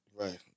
Right